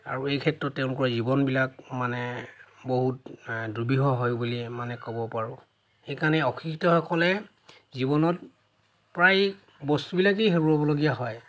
আৰু এই ক্ষেত্ৰত তেওঁলোকৰ জীৱনবিলাক মানে বহুত দুৰ্বিষহ হয় বুলি মানে ক'ব পাৰোঁ সেইকাৰণে অশিক্ষিতসকলে জীৱনত প্ৰায়ে বস্তুবিলাকে হেৰুৱাবলগীয়া হয়